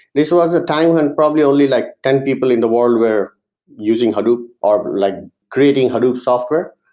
this was a time when probably only like ten people in the world were using hadoop ah or like creating hadoop software,